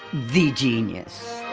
the genius.